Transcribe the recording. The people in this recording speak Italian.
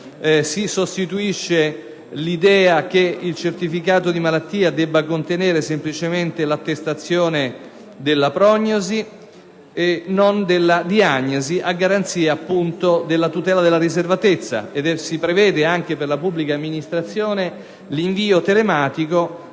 si prevede che il certificato di malattia debba contenere semplicemente l'attestazione della prognosi e non della diagnosi, a garanzia della tutela della riservatezza; si prevede inoltre anche per la pubblica amministrazione l'invio telematico